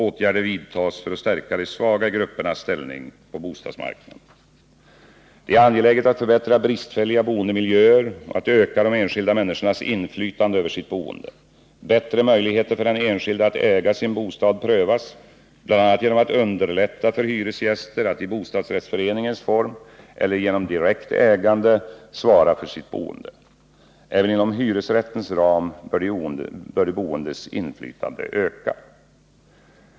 Åtgärder vidtas för att stärka de svaga gruppernas ställning på bostadsmarknaden. Det är angeläget att förbättra bristfälliga boendemiljöer och att öka de enskilda människornas inflytande över sitt boende. Bättre möjligheter för den enskilde att äga sin bostad prövas, bl.a. genom att underlätta för hyresgäster att i bostadsrättsföreningens form eller genom direkt ägande svara för sitt boende. Även inom hyresrättens ram bör de boendes inflytande öka.